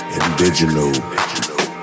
indigenous